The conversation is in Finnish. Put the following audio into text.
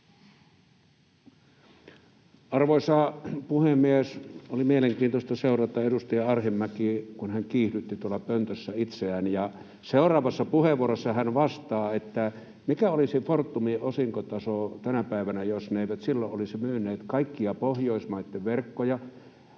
Arvoisa puhemies! Oli mielenkiintoista seurata edustaja Arhinmäkeä, kun hän kiihdytti tuolla pöntössä itseään, [Paavo Arhinmäki pyytää vastauspuheenvuoroa] ja seuraavassa puheenvuorossa hän vastaa, mikä olisi Fortumin osinkotaso tänä päivänä, jos he eivät silloin olisi myyneet kaikkia Pohjoismaitten verkkoja.